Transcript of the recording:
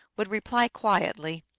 would reply quietly,